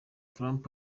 trump